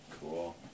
Cool